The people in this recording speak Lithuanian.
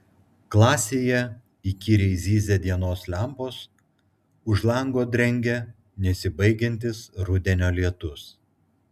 klasėje įkyriai zyzia dienos lempos už lango drengia nesibaigiantis rudenio lietus